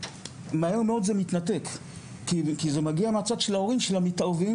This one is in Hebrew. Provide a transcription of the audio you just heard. מהר מאוד זה מתנתק כי זה מגיע מהצד של ההורים שמתערבים.